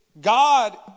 God